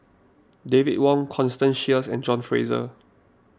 David Wong Constance Sheares and John Fraser